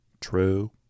True